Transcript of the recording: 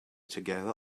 together